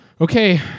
okay